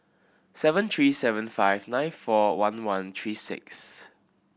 seven three seven five nine four one one three six